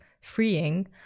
freeing